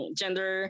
gender